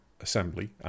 assembly